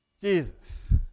Jesus